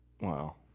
Wow